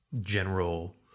general